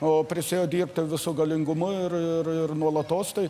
o prisiėjo dirbti visu galingumu ir ir ir nuolatos tai